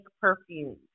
perfumes